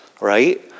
right